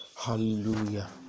hallelujah